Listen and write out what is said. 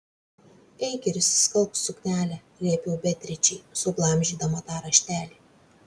eik ir išsiskalbk suknelę liepiau beatričei suglamžydama tą raštelį